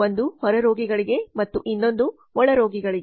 ಒಂದು ಹೊರರೋಗಿಗಳಿಗೆ ಮತ್ತು ಇನ್ನೊಂದು ಒಳರೋಗಿಗಳಿಗೆ